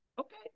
Okay